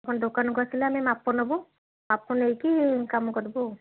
ଆପଣ ଦୋକାନକୁ ଆସିଲେ ଆମେ ମାପ ନେବୁ ମାପ ନେଇକି କାମ କରିବୁ ଆଉ